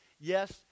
Yes